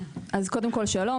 שלום,